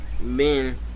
men